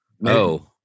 No